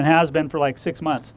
and has been for like six months